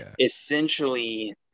essentially